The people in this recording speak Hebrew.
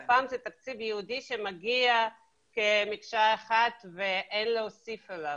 לפ"מ זה תקציב ייעודי שמגיע כמקשה אחת ואין להוסיף עליו.